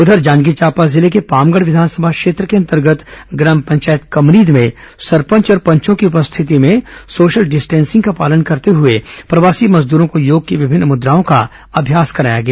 उधर जांजगीर चांपा जिले के पामगढ़ विधानसभा के ग्राम पंचायत कमरीद में सरपंच और पंचों की उपस्थिति में सोशल डिस्टिंसिंग का पालन करते हुए प्रवासी मजदूरों को योग की विभिन्न मुद्राओं का अभ्यास कराया गया